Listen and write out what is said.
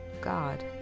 God